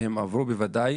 והם עברו בוודאי